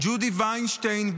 ג'ודי ויינשטיין,